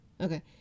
okay